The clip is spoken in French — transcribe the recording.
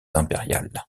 impériales